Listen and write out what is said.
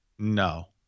No